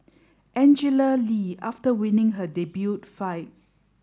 Angela Lee after winning her debut fight